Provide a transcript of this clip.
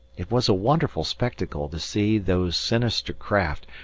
it was a wonderful spectacle to see those sinister craft,